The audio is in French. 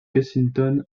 kensington